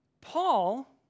Paul